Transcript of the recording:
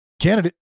candidate